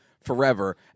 forever